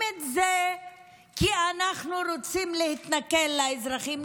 את זה כי אנחנו רוצים להתנכל לאזרחים,